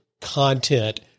content